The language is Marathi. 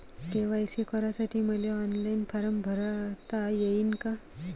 के.वाय.सी करासाठी मले ऑनलाईन फारम भरता येईन का?